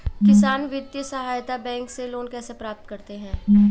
किसान वित्तीय सहायता बैंक से लोंन कैसे प्राप्त करते हैं?